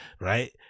right